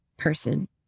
person